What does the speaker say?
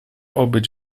obyć